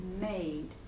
made